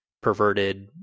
perverted